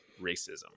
racism